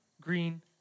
green